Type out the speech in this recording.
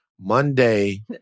Monday